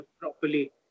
properly